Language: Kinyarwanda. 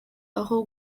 aho